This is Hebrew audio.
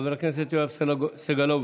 חבר הכנסת יואב סגלוביץ';